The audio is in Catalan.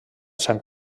sant